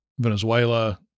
Venezuela